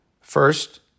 First